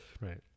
Right